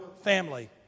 family